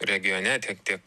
regione tiek tiek